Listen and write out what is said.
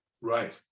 Right